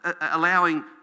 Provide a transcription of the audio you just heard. allowing